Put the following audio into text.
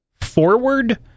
forward